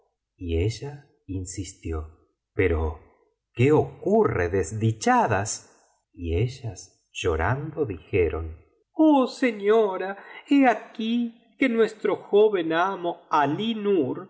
y ella insistió pero qué ocurre desdichadas y ellas llorando dijeron oh señora he aquí que nuestro joven amo